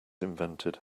invented